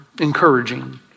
encouraging